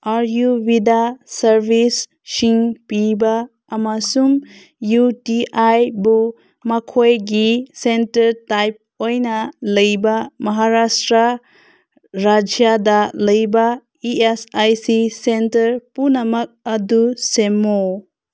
ꯑꯥꯔꯌꯨꯔꯋꯤꯗꯥ ꯁꯥꯔꯕꯤꯁꯁꯤꯡ ꯄꯤꯕ ꯑꯃꯁꯨꯡ ꯌꯨ ꯇꯤ ꯑꯥꯏꯕꯨ ꯃꯈꯣꯏꯒꯤ ꯁꯦꯟꯇꯔ ꯇꯥꯏꯞ ꯑꯣꯏꯅ ꯂꯩꯕ ꯃꯍꯥꯔꯥꯁꯇ꯭ꯔꯥ ꯔꯥꯖ꯭ꯌꯥꯗ ꯂꯩꯕ E S I C centre ꯄꯨꯝꯅꯃꯛ ꯑꯗꯨ ꯁꯦꯝꯃꯨ